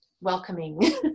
welcoming